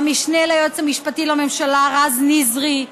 למשנה ליועץ המשפטי לממשלה רז נזרי,